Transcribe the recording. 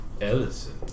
Ellison